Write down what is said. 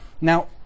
Now